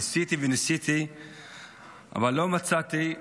ניסיתי וניסיתי אבל לא מצאתי,